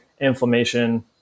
inflammation